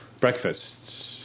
Breakfasts